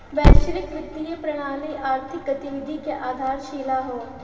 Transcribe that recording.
वैश्विक वित्तीय प्रणाली आर्थिक गतिविधि क आधारशिला हौ